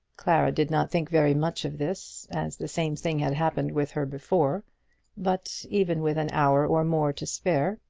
clara did not think very much of this, as the same thing had happened with her before but, even with an hour or more to spare,